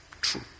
true